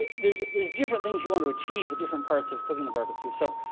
there's there's different things you want to achieve at different parts of cooking the barbecue. so,